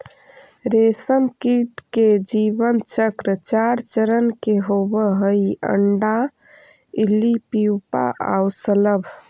रेशमकीट के जीवन चक्र चार चरण के होवऽ हइ, अण्डा, इल्ली, प्यूपा आउ शलभ